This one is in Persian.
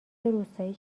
روستایی